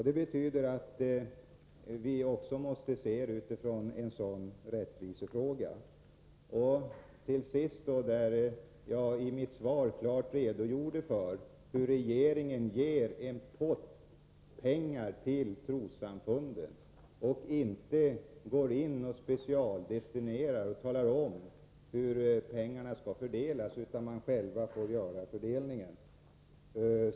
Det betyder att vi också måste betrakta saken som en rättvisefråga. Till sist påminner jag om att jag i mitt svar klart redogjorde för hur regeringen ger en pott pengar till trossamfunden och inte går in och specialdestinerar pengarna och talar om hur de skall fördelas, utan samfunden får själva göra fördelningen.